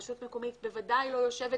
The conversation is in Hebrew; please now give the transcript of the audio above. הרשות המקומית בוודאי לא יושבת,